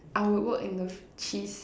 I would work in a cheese